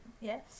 Yes